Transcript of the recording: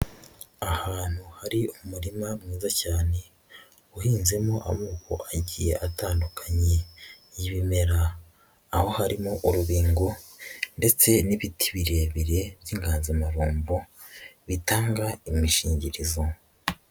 Ahantu hari umurima mwiza cyane uhinzemo amoko agiye atandukanye y'ibimera, aho harimo urubingo ndetse n'ibiti birebire by'inganzamarumbo bitanga imishingirizo.